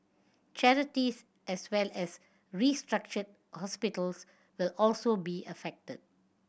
charities as well as restructured hospitals will also be affected